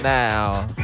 now